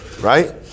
right